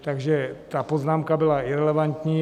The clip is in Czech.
Takže ta poznámka byla irelevantní.